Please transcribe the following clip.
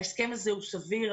ההסכם הזה הוא סביר.